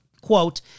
quote